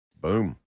Boom